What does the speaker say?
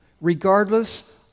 Regardless